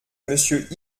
monsieur